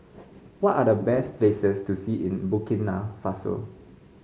what are the best places to see in Burkina Faso